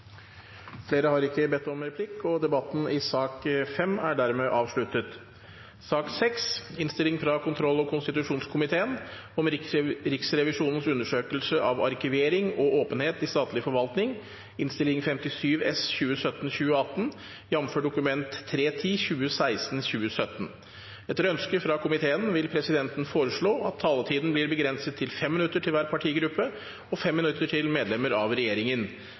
Flere har ikke bedt om ordet til sak nr. 5. Etter ønske fra kontroll- og konstitusjonskomiteen vil presidenten foreslå at taletiden blir begrenset til 5 minutter til hver partigruppe og 5 minutter til medlemmer av regjeringen.